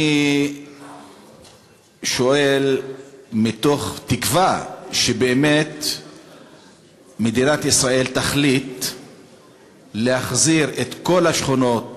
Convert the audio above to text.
אני שואל מתוך תקווה שבאמת מדינת ישראל תחליט להחזיר את כל השכונות